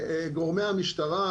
גורמי המשטרה,